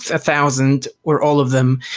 a thousand or all of them,